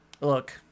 Look